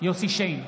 יוסף שיין,